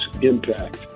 impact